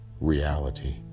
reality